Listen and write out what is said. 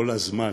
והיא כל הזמן